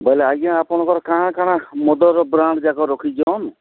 ବୋଇଲେ ଆଜ୍ଞା ଆପଣଙ୍କର କାଣା କାଣା ମଦର ବ୍ରାଣ୍ଡ ଯାକ ରଖିଛନ୍